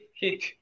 hit